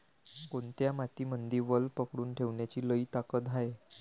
कोनत्या मातीमंदी वल पकडून ठेवण्याची लई ताकद हाये?